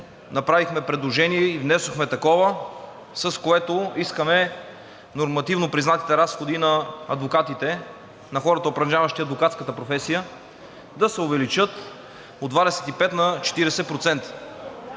направихме предложение и внесохме такова, с което искаме нормативно признатите разходи на адвокатите – на хората, упражняващи адвокатската професия, да се увеличат от 25 на 40%.